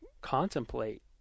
contemplate